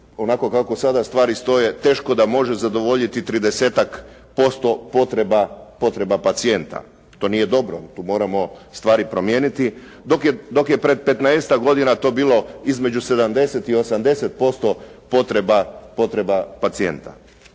onako kako sada stvari stoje, teško da može zadovoljiti 30-tak posto potreba pacijenta. To nije dobro, tu moramo stvari promijeniti. Dok je pred 15-tak godina to bilo između 70 i 80% potreba pacijenta.